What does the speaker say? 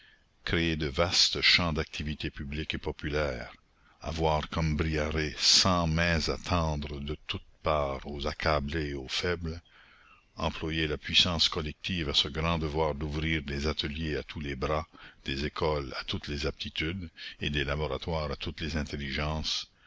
créer de vastes champs d'activité publique et populaire avoir comme briarée cent mains à tendre de toutes parts aux accablés et aux faibles employer la puissance collective à ce grand devoir d'ouvrir des ateliers à tous les bras des écoles à toutes les aptitudes et des laboratoires à toutes les intelligences